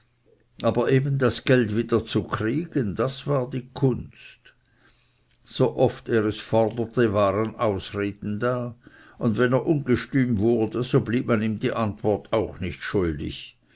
aber eben das geld wieder zu kriegen das war eine kunst so oft er es forderte waren neue ausreden da und wenn er ungestüm wurde so blieb man ihm die antwort auch nicht schuldig